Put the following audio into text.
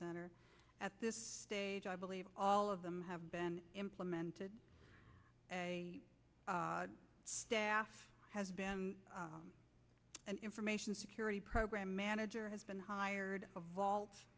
center at this stage i believe all of them have been implemented staff has been an information security program manager has been hired a vault